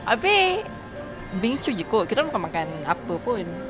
abeh bingsoo jer kot kita orang bukan makan apa pun